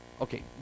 Okay